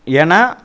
ஏன்னால்